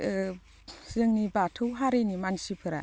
ओ जोंनि बाथौ हारिनि मानसिफोरा